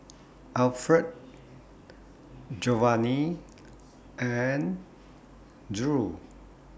Alferd Jovany and Drew